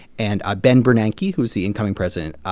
and ben bernanke, yeah who's the incoming president,